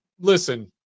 listen